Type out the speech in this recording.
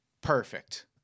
Perfect